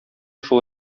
шул